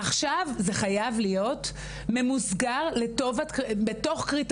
עכשיו זה חייב להיות ממוסגר בתוך קריטריונים